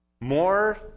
More